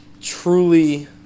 truly